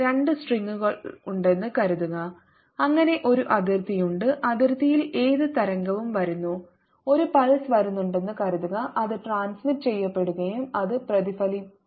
രണ്ട് സ്ട്രിംഗുകളുണ്ടെന്ന് കരുതുക അങ്ങനെ ഒരു അതിർത്തി ഉണ്ട് അതിർത്തിയിൽ ഏത് തരംഗവും വരുന്നു ഒരു പൾസ് വരുന്നുണ്ടെന്ന് കരുതുക അത് ട്രാൻസ്മിറ് ചെയ്യപ്പെടുകയും അത് പ്രതിഫലിക്കുകയും ചെയ്യുന്നു